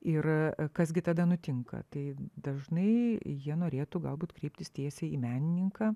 ir kas gi tada nutinka tai dažnai jie norėtų galbūt kreiptis tiesiai į menininką